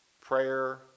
prayer